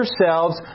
yourselves